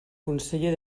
conseller